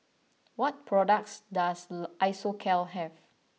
what products does Isocal have